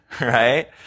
right